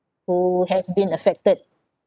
who has been affected